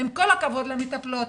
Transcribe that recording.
עם כל הכבוד למטפלות,